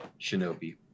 shinobi